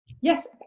Yes